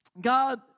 God